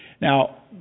Now